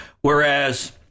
Whereas